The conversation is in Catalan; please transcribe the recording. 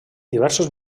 diversos